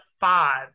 five